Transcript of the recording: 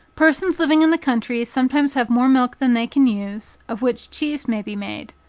persons living in the country sometimes have more milk than they can use, of which cheese may be made.